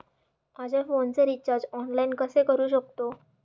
माझ्या फोनचे recharge online कसे करू शकतो?